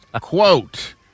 quote